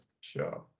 sure